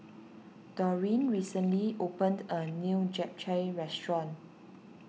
Dorene recently opened a new Japchae restaurant